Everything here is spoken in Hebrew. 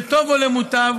לטוב או למוטב,